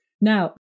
Now